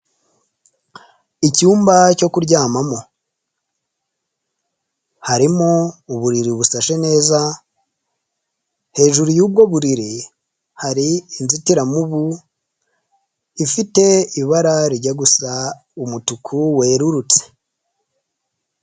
Icyumba cyo kuryamamo, harimo uburiri bushashe neza. Hejuru yubwo buriri hari inzitiramubu ifite ibara rijya gusa umutuku werurutse.